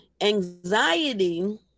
anxiety